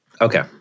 Okay